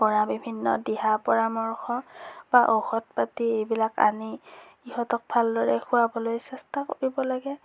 পৰা বিভিন্ন দিহা পৰামৰ্শ বা ঔষধ পাতি এইবিলাক আনি ইহঁতক ভালদৰে খোৱাবলৈ চেষ্টা কৰিব লাগে